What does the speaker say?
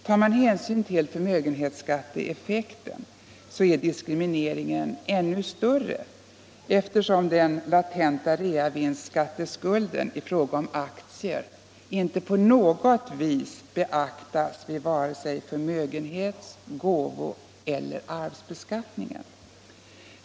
Tar man hänsyn till förmögenhetsskatteeffekten är diskrimineringen ännu större eftersom den latenta reavinstskatteskulden i fråga om aktier inte på något vis beaktas vid vare sig förmögenhets-, gåvoeller arvsbeskattning.